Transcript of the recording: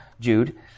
Jude